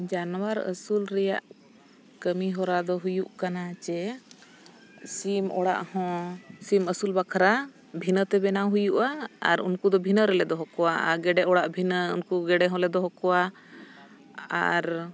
ᱡᱟᱱᱣᱟᱨ ᱟᱹᱥᱩᱞ ᱨᱮᱱᱟᱜ ᱠᱟᱹᱢᱤ ᱦᱚᱨᱟ ᱫᱚ ᱦᱩᱭᱩᱜ ᱠᱟᱱᱟ ᱡᱮ ᱥᱤᱢ ᱚᱲᱟᱜ ᱦᱚᱸ ᱥᱤᱢ ᱟᱹᱥᱩᱞ ᱵᱟᱠᱷᱨᱟ ᱵᱷᱤᱱᱟᱹ ᱛᱮ ᱵᱮᱱᱟᱣ ᱦᱩᱭᱩᱜᱼᱟ ᱟᱨ ᱩᱱᱠᱩ ᱫᱚ ᱵᱷᱤᱱᱟᱹ ᱨᱮᱞᱮ ᱫᱚᱦᱚ ᱠᱚᱣᱟ ᱟᱨ ᱜᱮᱰᱮ ᱚᱲᱟᱜ ᱵᱷᱤᱱᱟᱹ ᱩᱱᱠᱩ ᱜᱮᱰᱮ ᱦᱚᱸᱞᱮ ᱫᱚᱦᱚ ᱠᱚᱣᱟ ᱟᱨ